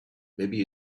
maybe